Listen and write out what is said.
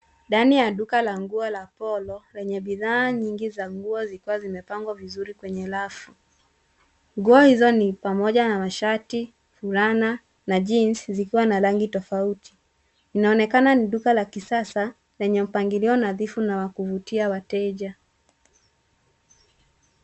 Ndani ya duka la nguo la polo penye bidhaa nyingi za nguo zilikuwa zimepangwa vizuri kwenye rafu. Nguo hizo ni pamoja na mashati, fulana na jeans zikiwa na rangi tofauti. Inaonekana ni duka la kisasa enye mpagilio nadhifu na wa kuvutia wateja.